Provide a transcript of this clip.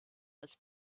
als